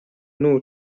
نور